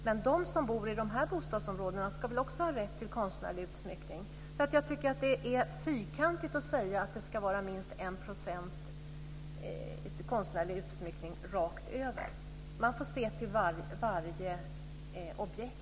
Men de som bor i de här bostadsområdena ska väl också ha rätt till konstnärlig utsmyckning. Jag tycker att det är fyrkantigt att säga att det ska vara minst 1 % konstnärlig utsmyckning rakt över. Man får se till varje objekt.